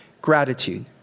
gratitude